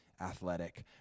athletic